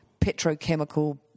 petrochemical